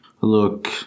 Look